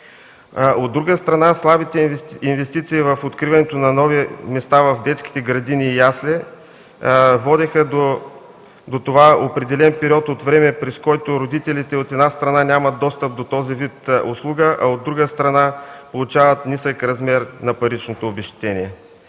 От друга страна слабите инвестиции в откриването на нови места в детските градини и ясли водеха до това определен период от време, през който родителите, от една страна, нямат достъп до този вид услуга, а от друга страна, получават нисък размер на паричното обезщетение.